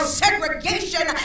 segregation